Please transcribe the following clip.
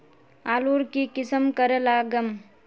आलूर की किसम करे लागम?